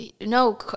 No